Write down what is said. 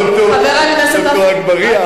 ד"ר עפו אגבאריה,